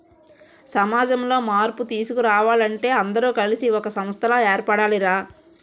సమాజంలో మార్పు తీసుకురావాలంటే అందరూ కలిసి ఒక సంస్థలా ఏర్పడాలి రా